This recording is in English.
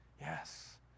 Yes